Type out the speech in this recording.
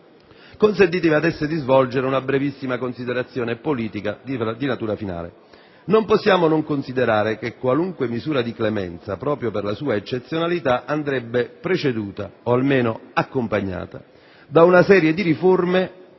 Consentitemi adesso di svolgere una brevissima considerazione politica di natura finale. Non possiamo non considerare che qualunque misura di clemenza, proprio per la sua eccezionalità, andrebbe preceduta - o almeno accompagnata - da una serie di riforme